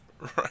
Right